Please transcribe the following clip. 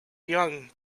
young